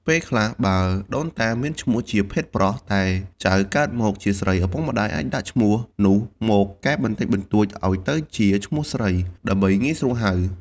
ពេលខ្លះ បើដូនតាមានឈ្មោះជាភេទប្រុស តែចៅកើតមកជាស្រី ឪពុកម្តាយអាចយកឈ្មោះនោះមកកែបន្តិចបន្តួចឱ្យទៅជាឈ្មោះស្រី ដើម្បីងាយស្រួលហៅ។